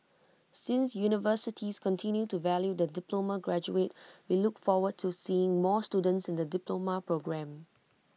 since universities continue to value the diploma graduate we look forward to seeing more students in the diploma programme